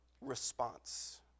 response